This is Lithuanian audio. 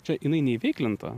čia jinai neįveiklinta